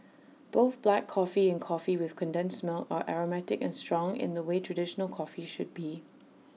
both black coffee and coffee with condensed milk are aromatic and strong in the way traditional coffee should be